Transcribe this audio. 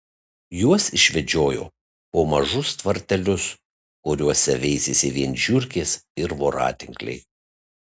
juos išvedžiojo po mažus tvartelius kuriuose veisėsi vien žiurkės ir voratinkliai